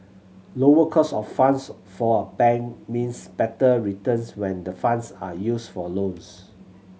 lower cost of funds for a bank means better returns when the funds are used for loans